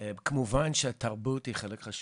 כמובן שהתרבות היא חלק חשוב,